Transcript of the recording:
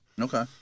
Okay